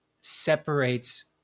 separates